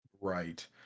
Right